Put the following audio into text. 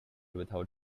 without